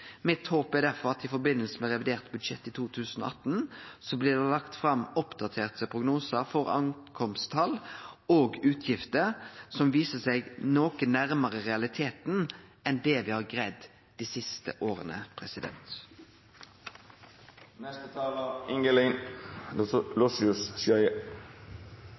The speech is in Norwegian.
Mitt håp er difor at det i samband med revidert budsjett i 2018 blir lagt fram oppdaterte prognosar for nykomne flyktningar og utgifter som viser seg noko nærmare realiteten enn det regjeringa har greidd dei siste åra.